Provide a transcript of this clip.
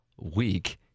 week